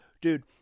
dude